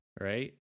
Right